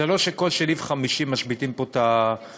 זה לא שכל שני וחמישי משביתים פה את המערכות,